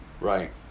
Right